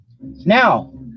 Now